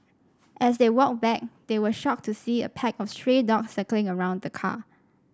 as they walked back they were shocked to see a pack of stray dogs circling around the car